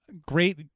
Great